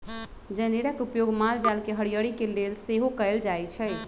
जनेरा के उपयोग माल जाल के हरियरी के लेल सेहो कएल जाइ छइ